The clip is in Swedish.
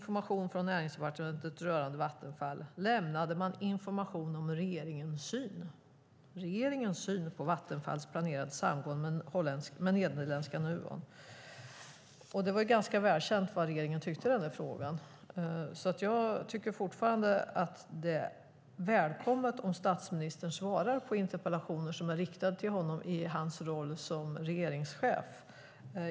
Från Näringsdepartementet lämnade man information om regeringens syn på Vattenfalls planerade samgående med nederländska Nuon. Det var ganska välkänt vad regeringen tyckte i den frågan. Jag tycker fortfarande att det är välkommet om statsministern svarar på interpellationer som är riktade till honom i hans roll som regeringschef.